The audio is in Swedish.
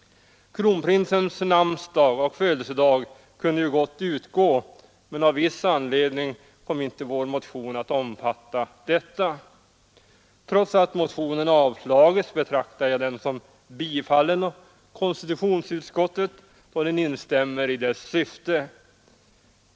Kronprinsens namnsdag och födelsedag kunde ju gott utgå, men av viss anledning kom inte vår motion att omfatta detta. Trots att motionen avstyrkts betraktar jag den som biträdd av konstitutionsutskottet då utskottet instämmer i dess syfte.